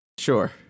Sure